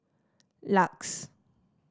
Lux